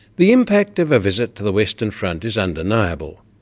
the impact of a visit to the western front is undeniable,